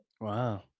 Wow